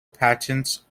patents